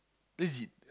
legit